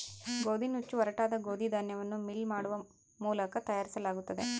ಗೋದಿನುಚ್ಚು ಒರಟಾದ ಗೋದಿ ಧಾನ್ಯವನ್ನು ಮಿಲ್ ಮಾಡುವ ಮೂಲಕ ತಯಾರಿಸಲಾಗುತ್ತದೆ